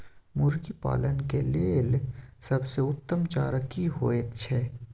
मुर्गी पालन के लेल सबसे उत्तम चारा की होयत छै?